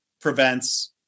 prevents